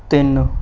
ਤਿੰਨ